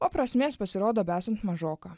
o prasmės pasirodo besant mažoka